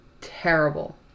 terrible